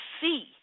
see